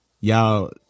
y'all